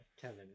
Kevin